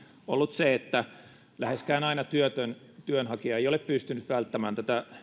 ollut se että läheskään aina työtön työnhakija ei ole pystynyt välttämään